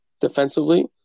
defensively